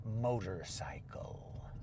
motorcycle